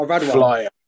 flyer